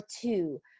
two